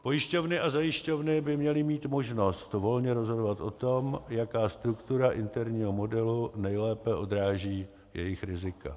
Pojišťovny a zajišťovny by měly mít možnost volně rozhodovat o tom, jaká struktura interního modelu nejlépe odráží jejich rizika.